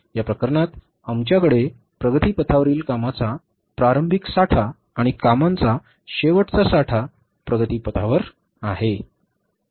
या प्रकरणात आमच्याकडे प्रगतीपथावरील कामाचा प्रारंभिक साठा आणि कामांचा शेवटचा साठा प्रगतीपथावर आहे